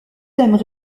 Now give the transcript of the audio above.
thèmes